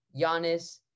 Giannis